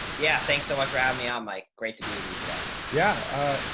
yeah. thanks so much for having me on mike. great to be with you today. yeah. ah,